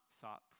sought